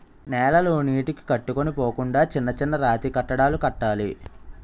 నేలలు నీటికి కొట్టుకొని పోకుండా చిన్న చిన్న రాతికట్టడాలు కట్టాలి